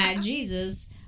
Jesus